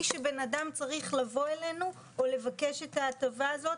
שאדם צריך לבוא אלינו או לבקש את ההטבה הזאת,